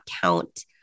count